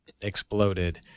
exploded